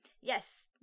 yes